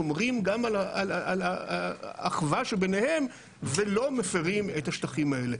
שומרים גם על האחווה שביניהם ולא מפרים את השטחים האלה.